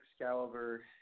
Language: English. Excalibur